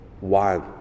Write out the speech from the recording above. one